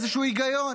איזשהו היגיון.